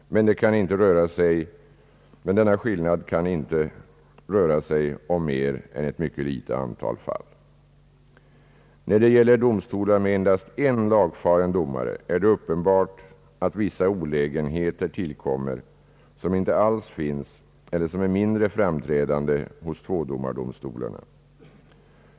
Skillnaden kan dock inte röra sig om mer än ett mycket litet antal fall. När det gäller domstolar med endast en lagfaren domare är det uppenbart att vissa olägenheter uppkommer som inte alls finns eller som är mindre framträdande hos tvådomardomstolarna.